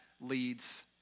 leads